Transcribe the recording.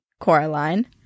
Coraline